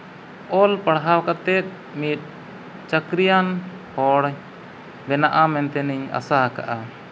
ᱚᱞ ᱯᱟᱲᱦᱟᱣ ᱠᱟᱛᱮᱫ ᱢᱤᱫ ᱪᱟᱹᱠᱨᱤᱭᱟᱱ ᱦᱚᱲ ᱵᱮᱱᱟᱜᱼᱟ ᱢᱮᱱᱛᱮ ᱤᱧ ᱟᱥᱟ ᱟᱠᱟᱫᱼᱟ